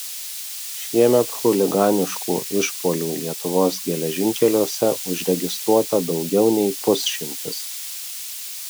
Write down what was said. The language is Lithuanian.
šiemet chuliganiškų išpuolių lietuvos geležinkeliuose užregistruota daugiau nei pusšimtis